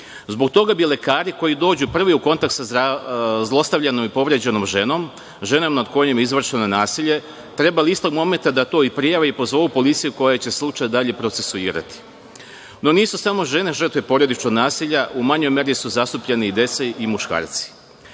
Zbog toga bi lekari koji dođu prvi u kontakt sa zlostavljenom i povređenom ženom, ženom nad kojom je izvršeno nasilje, trebali istog momenta da to i prijave i pozovu policiju koja će slučaj dalje procesuirati.No, nisu samo žene žrtve porodičnog nasilja. U manjoj meri su zastupljeni i deca i muškarci. Lekar,